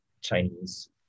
chinese